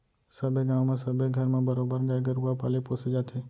सबे गाँव म सबे घर म बरोबर गाय गरुवा पाले पोसे जाथे